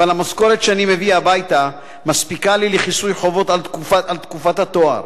אבל המשכורת שאני מביא הביתה מספיקה לי לכיסוי חובות על תקופת התואר,